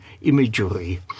imagery